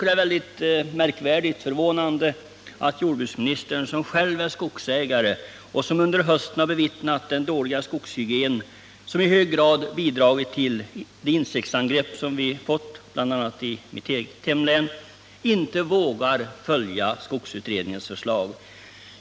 Det är mycket förvånande att jordbruksministern, som själv är skogsägare och som under hösten har bevittnat den dåliga skogshygien som i hög grad bidragit till de insektsangrepp vi fått bl.a. i mitt hemlän, inte vågar följa skogsutredningens förslag.